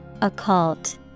Occult